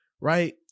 right